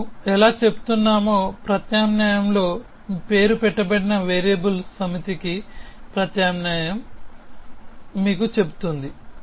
మనము ఎలా చెప్తున్నామో ప్రత్యామ్నాయంలో పేరు పెట్టబడిన వేరియబుల్స్ సమితికి ప్రత్యామ్నాయం ఏమిటో ప్రత్యామ్నాయం మీకు చెబుతుంది